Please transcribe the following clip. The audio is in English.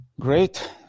great